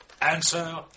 Answer